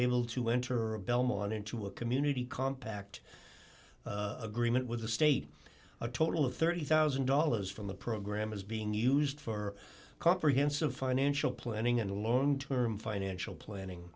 able to enter a belmont into a community compact agreement with the state a total of thirty one thousand dollars from the program is being used for comprehensive financial planning and a long term financial planning